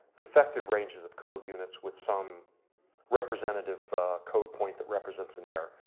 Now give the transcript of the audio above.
defective ranges of code units with some representative code point that represents an error.